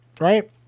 right